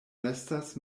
restas